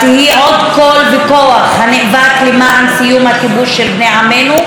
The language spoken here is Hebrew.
את תהיי עוד קול וכוח הנאבק למען סיום הכיבוש של בני עמנו,